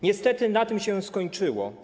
Niestety, na tym się skończyło.